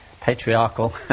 patriarchal